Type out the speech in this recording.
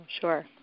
sure